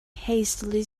hastily